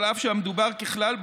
אף שהמדובר ככלל,